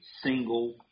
single